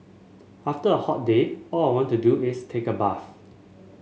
after a hot day all I want to do is take a bath